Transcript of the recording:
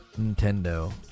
Nintendo